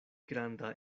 granda